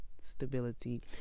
stability